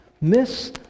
Miss